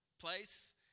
place